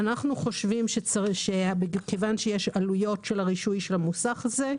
אנחנו חושבים שכיוון שיש עלויות של הרישוי של המוסך הזה,